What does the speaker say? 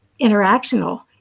interactional